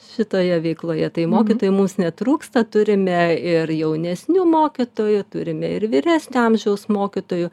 šitoje veikloje tai mokytojų mums netrūksta turime ir jaunesnių mokytojų turime ir vyresnio amžiaus mokytojų